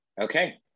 Okay